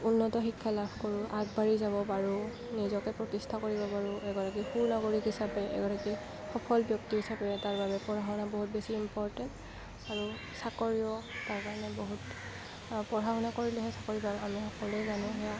উন্নত শিক্ষা লাভ কৰোঁ আগবাঢ়ি যাব পাৰোঁ নিজকে প্ৰতিষ্ঠা কৰিব পাৰোঁ এগৰাকী সু নাগৰিক হিচাপে এগৰাকী সফল ব্য়ক্তি হিচাপে তাৰবাবে পঢ়া শুনা বহুত বেছি ইম্পৰটেণ্ট আৰু চাকৰিও তাৰ কাৰণে বহুত পঢ়া শুনা কৰিলেহে চাকৰি পায় আমি সকলোৱে জানোঁ সেইয়া